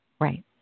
Right